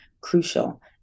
crucial